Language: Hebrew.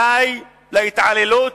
די להתעללות